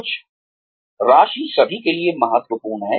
कुछ राशि सभी के लिए महत्वपूर्ण है